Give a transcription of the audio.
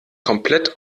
komplett